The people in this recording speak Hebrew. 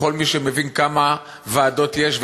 כל מי שמבין כמה ועדות יש,